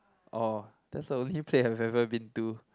orh that's the only place I've ever been to